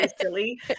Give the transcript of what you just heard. silly